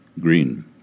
Green